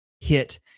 hit